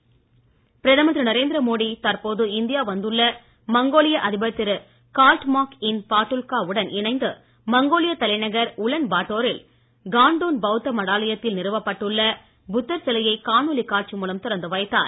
மோடி சிலை பிரதமர் திரு நரேந்திரமோடி தற்போது இந்தியா வந்துள்ள மங்கோலியா அதிபர் திரு கால்ட்மாக்யின் பாட்டுல்கா உடன் இணைந்து மங்கோலியத் தலைநகர் உலன் பாட்டோரில் காண்டான் பவுத்த மடாலயத்தில் நிறுவப்பட்டுள்ள புத்தர் சிலையை காணொலி காட்சி மூலம் திறந்து வைத்தார்